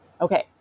okay